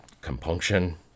compunction